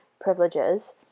privileges